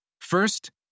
First